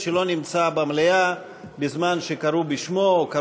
שלא נמצא במליאה בזמן שקראו בשמו או בשמה.